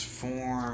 four